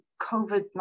COVID